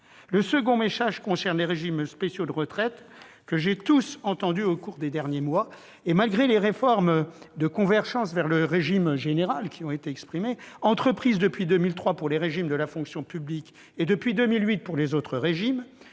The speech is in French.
Le second message concerne les régimes spéciaux de retraite, dont j'ai entendu les représentants au cours des derniers mois. Malgré les réformes de convergence vers le régime général, entreprises depuis 2003 pour les régimes de la fonction publique et depuis 2008 pour les autres régimes,